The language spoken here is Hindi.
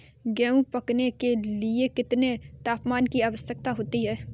गेहूँ पकने के लिए कितने तापमान की आवश्यकता होती है?